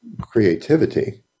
creativity